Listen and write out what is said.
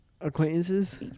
acquaintances